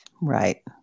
Right